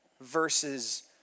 versus